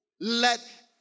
Let